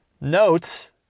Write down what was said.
notes